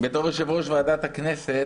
בתור יושב-ראש-ראש ועדת הכנסת,